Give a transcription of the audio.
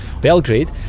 belgrade